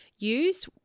use